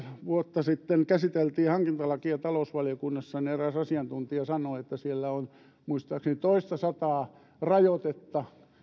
vuotta sitten käsiteltiin hankintalakia talousvaliokunnassa eräs asiantuntija sanoi että siellä direktiivissä on muistaakseni toistasataa rajoitetta